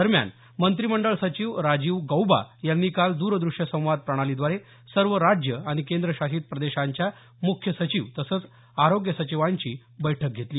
दरम्यान मंत्रिमंडळ सचिव राजीव गौबा यांनी काल दूरदृश्य संवाद प्रणालीद्वारे सर्व राज्यं आणि केंद्रशासित प्रदेशांच्या मुख्य सचिव तसंच आरोग्य सचिवांची बैठक घेतली